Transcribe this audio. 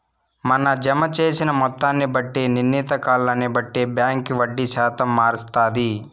మన జమ జేసిన మొత్తాన్ని బట్టి, నిర్ణీత కాలాన్ని బట్టి బాంకీ వడ్డీ శాతం మారస్తాది